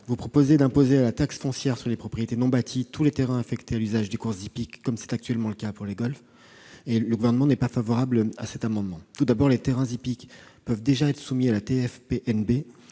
Vous proposez d'imposer à la taxe foncière sur les propriétés non bâties, la TFPNB, tous les terrains affectés à l'usage des courses hippiques, comme c'est actuellement le cas pour les golfs. Le Gouvernement n'est pas favorable à cette proposition. Tout d'abord, les terrains hippiques peuvent déjà être soumis à la TFPNB.